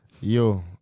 Yo